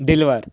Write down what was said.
deliver